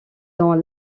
dans